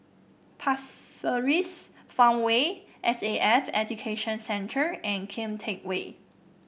Pasir Ris Farmway S A F Education Centre and Kian Teck Way